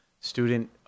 student